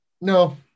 No